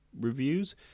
reviews